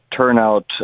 turnout